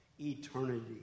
Eternity